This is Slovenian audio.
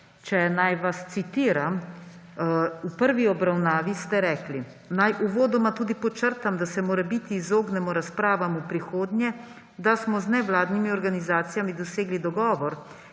če naj vas citiram. V prvi obravnavi ste rekli: »Naj uvodoma tudi podčrtam, da se morebiti izognemo razpravam v prihodnje, da smo z nevladnimi organizacijami dosegli dogovor